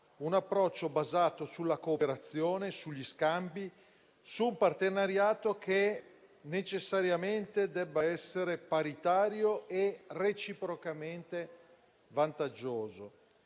un approccio basato sulla cooperazione, sugli scambi, su un partenariato che necessariamente deve essere paritario e reciprocamente vantaggioso,